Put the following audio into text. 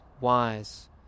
wise